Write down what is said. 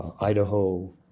Idaho